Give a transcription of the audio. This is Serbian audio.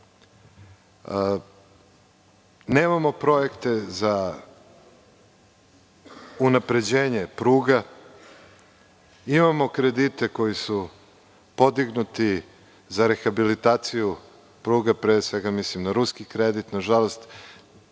Nemamo projekte za unapređenje pruga. Imamo kredite koji su podignuti za rehabilitaciju pruga. Tu pre svega mislim na ruski kredit. Nažalost,